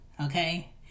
Okay